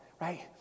right